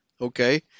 Okay